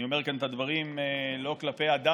אני אומר כאן את הדברים לא כלפי אדם